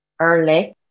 early